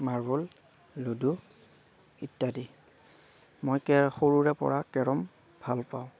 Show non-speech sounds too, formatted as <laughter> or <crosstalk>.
marble ludo ইত্যাদি মই <unintelligible> সৰুৰে পৰা কেৰম ভালপাওঁ